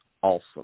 awesome